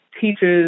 teaches